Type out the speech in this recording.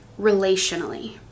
relationally